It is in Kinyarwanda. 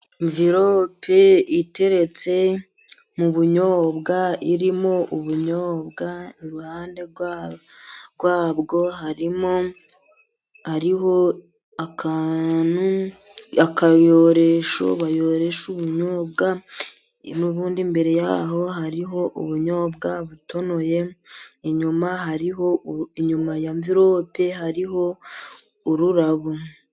Virope iteretse mu bunyobwa, irimo ubunyobwa, iruhande rwabwo harimo hariho akantu, akayoresho bayoresha ubunyobwa ,n'ubundi imbere yaho hariho ubunyobwa butonoye, inyuma hariho, inyuma ya vilope hariho ururabo.